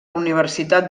universitat